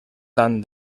dan